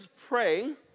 praying